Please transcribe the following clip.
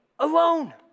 alone